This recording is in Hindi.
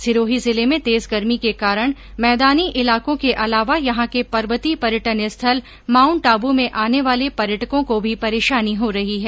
सिरोही जिले में तेज गर्मी के कारण मैदानी इलाकों के अलावा यहां के पर्वतीय पर्यटन स्थल माउण्ट आबू में आने वाले पर्यटकों को भी परेशानी हो रही हैं